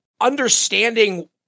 understanding